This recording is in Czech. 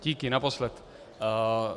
Díky, naposledy.